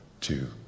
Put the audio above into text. two